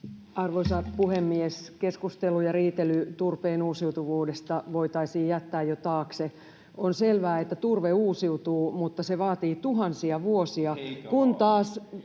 Arvoisa puhemies! Keskustelu ja riitely turpeen uusiutuvuudesta voitaisiin jättää jo taakse. On selvää, että turve uusiutuu, mutta se vaatii tuhansia vuosia,